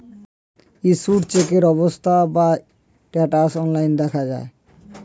issued চেকের অবস্থা বা স্ট্যাটাস অনলাইন দেখা যায়